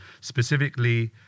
specifically